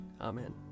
Amen